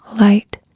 light